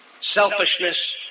Selfishness